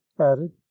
added